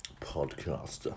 podcaster